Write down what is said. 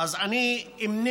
אני מבקש ממך להזדרז,